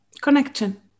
Connection